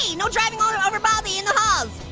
you know driving um and over baldy in the halls.